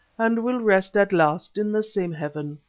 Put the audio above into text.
and will rest at last in the same heaven,